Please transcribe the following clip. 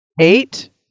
Eight